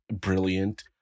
brilliant